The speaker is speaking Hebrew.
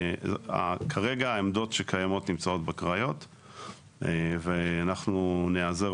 כרגע העמדות שקיימות נמצאות בקריות ואנחנו ניעזר